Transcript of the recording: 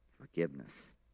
forgiveness